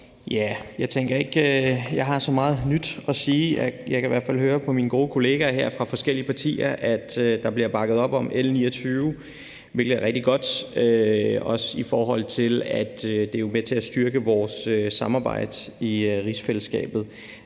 jeg har så meget nyt at sige. Jeg kan i hvert fald høre på mine gode kollegaer her fra forskellige partier, at der bliver bakket op om L 29, hvilket er rigtig godt, også i forhold til at det jo er med til at styrke vores samarbejde i rigsfællesskabet.